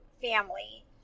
family